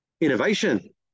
innovation